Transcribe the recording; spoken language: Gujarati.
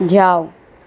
જાવ